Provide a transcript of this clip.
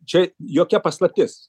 čia jokia paslaptis